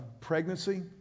pregnancy